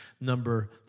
number